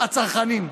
הצרכנים.